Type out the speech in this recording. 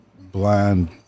blind